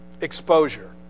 Exposure